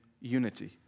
unity